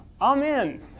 Amen